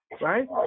right